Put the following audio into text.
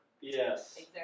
Yes